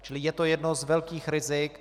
Čili je to jedno z velkých rizik.